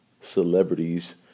celebrities